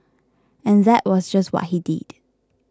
and that was just what he did